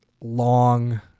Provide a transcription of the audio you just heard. long